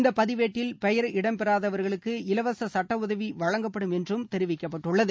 இந்த பதிவேட்டில் பெயர் இடம் பெறாதவர்களுக்கு இலவச சட்ட உதவி வழங்கப்படும் என்றும் தெரிவிக்கப்பட்டுள்ளது